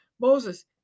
Moses